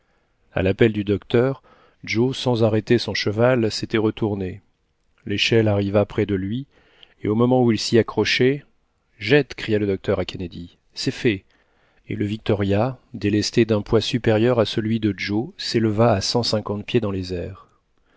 a l'appel du docteur joe sans arrêter son cheval s'était retourné l'échelle arriva près de lui et au moment où il s'y accrochait jette cria le docteur à kennedy c'est fait et le victoria délesté dun poids supérieur à celui de joe s'éleva à cent cinquante pieds dans les airs